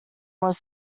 was